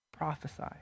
prophesy